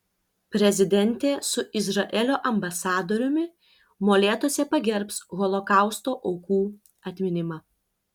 prezidentė su izraelio ambasadoriumi molėtuose pagerbs holokausto aukų atminimą